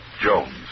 Jones